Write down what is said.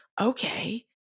Okay